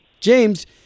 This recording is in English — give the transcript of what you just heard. James